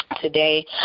today